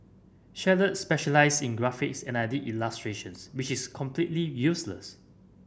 Charlotte specialised in graphics and I did illustrations which is completely useless